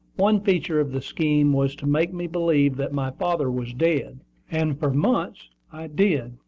one feature of the scheme was to make me believe that my father was dead and for months i did